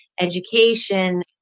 education